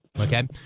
okay